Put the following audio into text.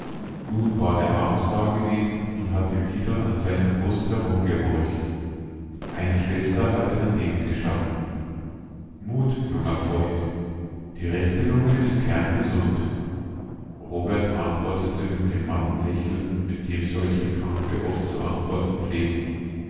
nun war der arzt dagewesen und hatte wieder an seiner brust herumgehorcht eine schwester hatte daneben gestanden mut junger freund die rechte lunge ist kerngesund robert antwortete mit dem matten lächeln mit dem solche kranke oft zu antworten pflegen